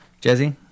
Jesse